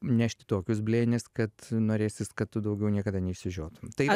nešti tokius blėnis kad norėsis kad tu daugiau niekada neišsižiotum tai